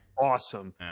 awesome